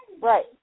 right